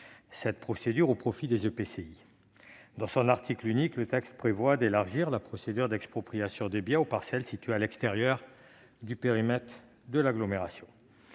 notamment au profit des EPCI. Dans son article unique, le texte prévoit d'élargir la procédure d'expropriation des biens aux parcelles situées à l'extérieur du périmètre d'agglomération,